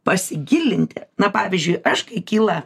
pasigilinti na pavyzdžiui aš kai kyla